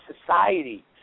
society